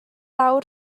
awr